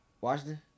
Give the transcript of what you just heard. Washington